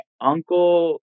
uncle